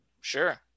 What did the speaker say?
Sure